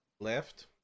left